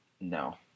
No